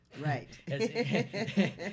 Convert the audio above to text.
Right